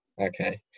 Okay